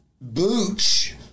Booch